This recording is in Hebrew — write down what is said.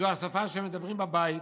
זו השפה שמדברים בה בבית,